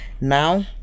now